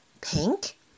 pink